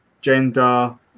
gender